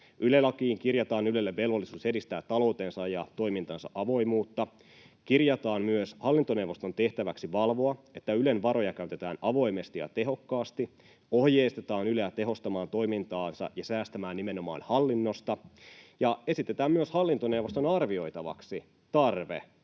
Yle-lakiin kirjataan Ylelle velvollisuus edistää taloutensa ja toimintansa avoimuutta, kirjataan myös hallintoneuvoston tehtäväksi valvoa, että Ylen varoja käytetään avoimesti ja tehokkaasti, ohjeistetaan Yleä tehostamaan toimintaansa ja säästämään nimenomaan hallinnosta ja esitetään myös hallintoneuvoston arvioitavaksi tarve